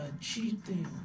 cheating